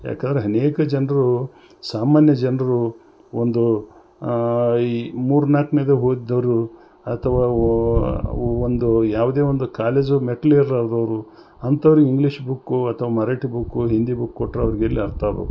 ಯಾಕಂದರೆ ಅನೇಕ ಜನರು ಸಾಮಾನ್ಯ ಜನರು ಒಂದು ಈ ಮೂರು ನಾಲ್ಕನೇದು ಓದ್ದವ್ರು ಅಥ್ವ ಒಂದು ಯಾವುದೇ ಒಂದು ಕಾಲೇಜು ಮೆಟ್ಲು ಏರಲಾದವ್ರು ಅಂಥವ್ರಿಗ್ ಇಂಗ್ಲೀಷ್ ಬುಕ್ಕು ಅಥವ ಮರಾಠಿ ಬುಕ್ಕು ಹಿಂದಿ ಬುಕ್ ಕೊಟ್ಟರೆ ಅವ್ರಿಗೆ ಎಲ್ಲಿ ಅರ್ಥ ಆಬೇಕ್